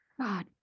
God